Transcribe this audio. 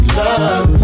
love